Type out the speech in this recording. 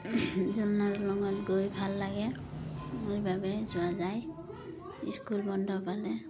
জুলনা দলঙত গৈ ভাল লাগে এইবাবে যোৱা যায় স্কুল বন্ধ পালে